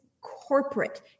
corporate